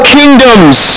kingdoms